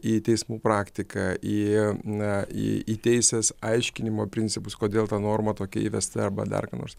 į teismų praktiką į na į į teisės aiškinimo principus kodėl ta norma tokia įvesta arba dar ką nors